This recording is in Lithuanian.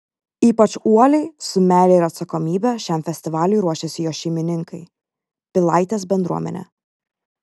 ypač uoliai su meile ir atsakomybe šiam festivaliui ruošiasi jo šeimininkai pilaitės bendruomenė